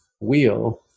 wheel